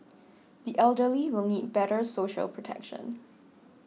the elderly will need better social protection